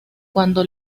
cuando